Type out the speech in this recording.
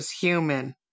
human